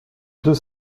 deux